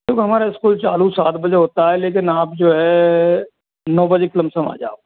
देखो हमारा स्कूल चालू सात बजे होता है लेकिन आप जो है नौ बजे के लमसम आ जाओ